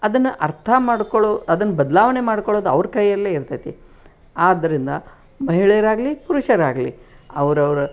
ಅದನ್ನು ಅರ್ಥ ಮಾಡಿಕೊಳ್ಳೋ ಅದನ್ನು ಬದಲಾವಣೆ ಮಾಡ್ಕೊಳ್ಳೋದು ಅವ್ರ ಕೈಯಲ್ಲೇ ಇರ್ತದೆ ಆದ್ದರಿಂದ ಮಹಿಳೆಯರಾಗಲಿ ಪುರುಷರಾಗಲಿ ಅವರವ್ರ